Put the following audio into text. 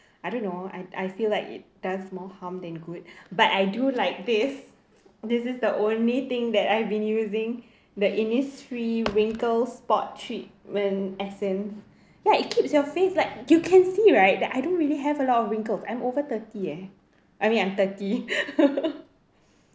I don't know I I feel like it does more harm than good but I do like this this is the only thing that I've been using the Innisfree wrinkles spot treatment essence ya it keeps your face like you can see right that I don't really have a lot of wrinkles I'm over thirty eh I mean I'm thirty